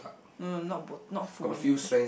no no not bot~ not fully